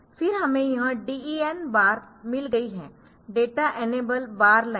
फिर हमें यह DEN बार मिल गयी है डाटा इनेबल बार लाइन्स